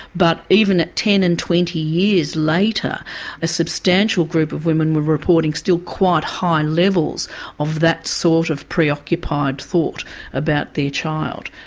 but even at ten and twenty years later a substantial group of women were reporting still quite high levels of that sort of preoccupied thought about their child.